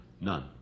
none